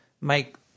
Mike